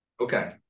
okay